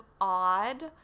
odd